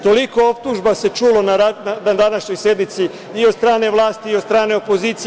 Toliko optužba se čulo na današnjoj sednici i od strane vlasti i od strane opozicije.